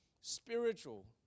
spiritual